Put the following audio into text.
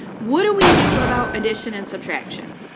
what do we do about addition and subtraction?